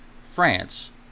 France